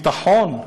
הביטחון,